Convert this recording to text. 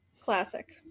Classic